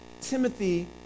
Timothy